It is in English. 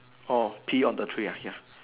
oh pee on the tree uh ya